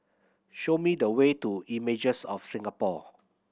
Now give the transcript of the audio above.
show me the way to Images of Singapore